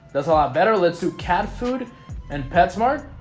that's a lot better let's do cat food and petsmart.